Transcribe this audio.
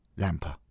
Lamper